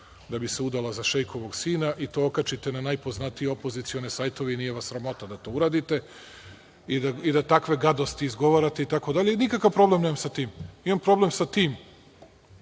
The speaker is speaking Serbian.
da bi se udala za šeikovo sina. I to okačite na najpoznatiji opozicione sajtove i nije vas sramota da to uradite, i da takve gadosti izgovarate itd. Nikakav problem nemam sa tim. Ima problem sa tim